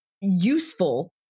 useful